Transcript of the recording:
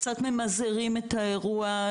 קצת ממזערים את האירוע.